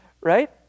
Right